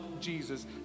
Jesus